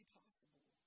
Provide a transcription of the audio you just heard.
possible